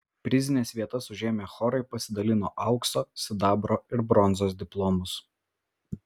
prizines vietas užėmę chorai pasidalino aukso sidabro ir bronzos diplomus